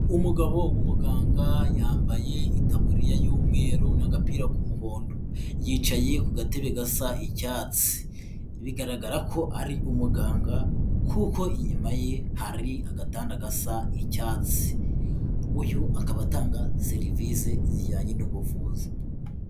Umugabo w'umuganga yambaye itaburiya y'umweru n'agapira k'umuhondo, yicaye ku gatebe gasa icyatsi, bigaragara ko ari umuganga kuko inyuma ye hari agatanda gasa icyatsi, uyu akaba atanga serivisi zijyanye n'ubuvuzi.